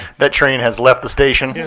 that train has left the station.